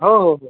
हो हो हो